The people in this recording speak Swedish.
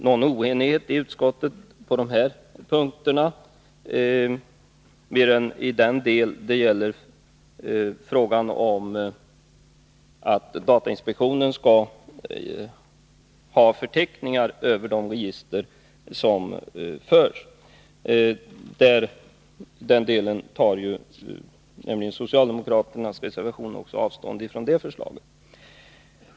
Inom utskottet är man i detta sammanhang endast oenig när det gäller frågan om huruvida datainspektionen skall ha förteckningar över de register som förs. Också socialdemokraterna tar i en reservation avstånd från det förslaget.